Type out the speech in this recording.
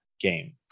game